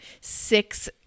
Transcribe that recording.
six